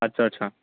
అచ్చచ్చా